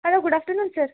hello good afternoon sir